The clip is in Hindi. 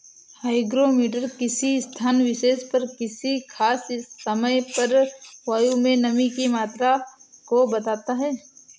हाईग्रोमीटर किसी स्थान विशेष पर किसी खास समय पर वायु में नमी की मात्रा को बताता है